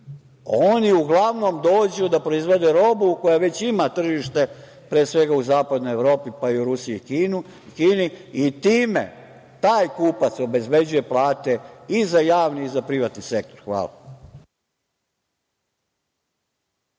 Oni uglavnom dođu da proizvedu robu koja već ima tržište pre svega u Zapadnoj Evropi, pa i Rusiji i Kini i time taj kupac obezbeđuje plate i za javni i za privatni sektor. Hvala.